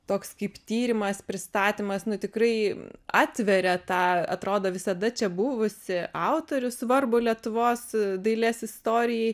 toks kaip tyrimas pristatymas nu tikrai atveria tą atrodo visada čia buvusį autorių svarbų lietuvos dailės istorijai